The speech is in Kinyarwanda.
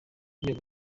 inkiko